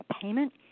payment